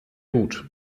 gut